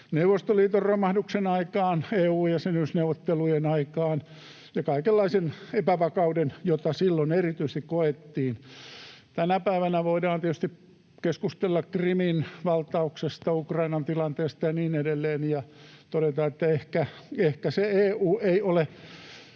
Neuvostoliiton romahduksen aikaan, EU-jäsenyysneuvottelujen aikaan ja kaikenlaisen epävakauden aikaan, jota silloin erityisesti koettiin. Tänä päivänä voidaan tietysti keskustella Krimin valtauksesta, Ukrainan tilanteesta ja niin edelleen ja todeta, että ehkä se EU ei ole